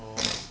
orh